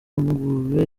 ngurube